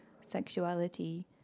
sexuality